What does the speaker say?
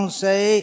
say